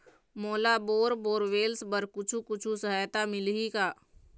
मोला bore borewells बर कुछू कछु सहायता मिलही का?